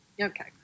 Okay